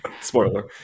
Spoiler